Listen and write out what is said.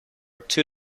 two